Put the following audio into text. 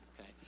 okay